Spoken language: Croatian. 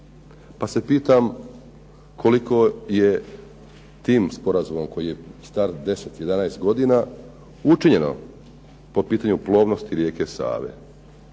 pa se pitam koliko je tim sporazumom koji je star 10, 11 godina učinjeno po pitanju plovnosti rijeke Save?